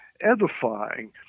edifying